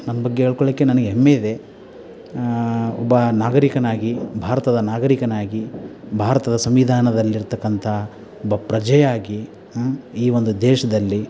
ನನ್ನ ಬಗ್ಗೆ ಹೇಳ್ಕೊಳಕ್ಕೆ ನನಗೆ ಹೆಮ್ಮೆ ಇದೆ ಒಬ್ಬ ನಾಗರಿಕನಾಗಿ ಭಾರತದ ನಾಗರಿಕನಾಗಿ ಭಾರತದ ಸಂವಿಧಾನದಲ್ಲಿರ್ತಕ್ಕಂತ ಒಬ್ಬ ಪ್ರಜೆಯಾಗಿ ಈ ಒಂದು ದೇಶದಲ್ಲಿ